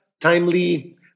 timely